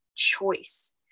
choice